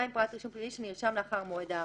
(2)פרט רישום פלילי שנרשם לאחר מועד ההרשעה.